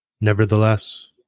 Nevertheless